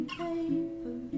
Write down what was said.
paper